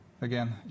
Again